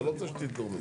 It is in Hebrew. זה לא תשתית לאומית.